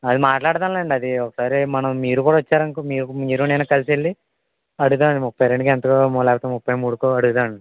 అది మాట్లాడతాను లేండి అది ఒకసారి మనం మీరు కూడా వచ్చారనుకో మీరు నేను కలిసి వెళ్ళి అడుగుదాం ముప్పై రెండుకో ఎంతకో లేదా ముప్పై మూడుకో అడుగుదామండి